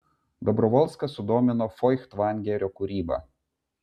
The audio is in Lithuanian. dobrovolską sudomino foichtvangerio kūryba